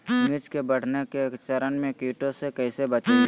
मिर्च के बढ़ने के चरण में कीटों से कैसे बचये?